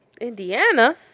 Indiana